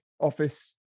office